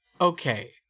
Okay